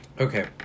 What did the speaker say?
Okay